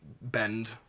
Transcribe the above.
bend